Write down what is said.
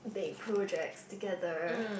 did projects together